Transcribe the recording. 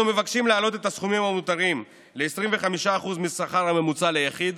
אנחנו מבקשים להעלות את הסכומים המותרים ל-25% מהשכר הממוצע ליחיד